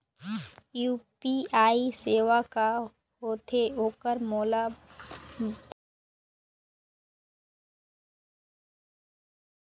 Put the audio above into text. UPI सेवा का होथे ओकर मोला भरभर जानकारी लेहे बर हे?